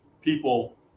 people